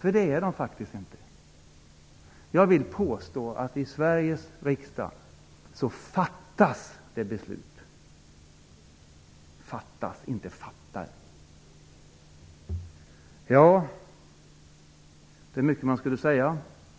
Det är de faktiskt inte. Jag vill påstå att i Sveriges riksdag fattas beslut. Det är alltså inte så att man fattar beslut.